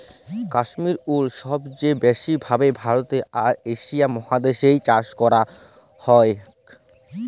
Kashmir wool সবচে ব্যাসি ভাবে ভারতে আর এশিয়া মহাদেশ এ চাষ করাক হয়ক